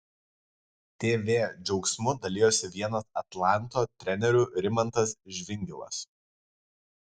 tv džiaugsmu dalijosi vienas atlanto trenerių rimantas žvingilas